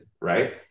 right